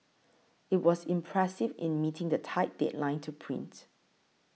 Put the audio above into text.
it was impressive in meeting the tight deadline to print